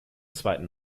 zweiten